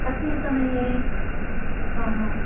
कस्मिन् समये आ हा